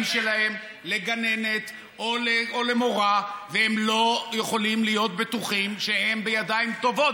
שלהם לגננת או למורה והם לא יכולים להיות בטוחים שהם בידיים טובות.